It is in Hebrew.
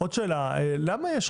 למה חלק